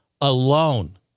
alone